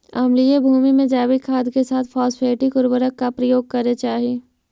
अम्लीय भूमि में जैविक खाद के साथ फॉस्फेटिक उर्वरक का प्रयोग करे चाही